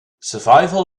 survival